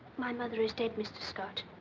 my mother is dead, mr. scott.